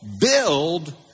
build